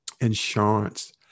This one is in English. insurance